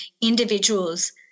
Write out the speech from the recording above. individuals